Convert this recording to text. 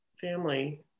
family